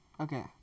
Okay